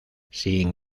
sin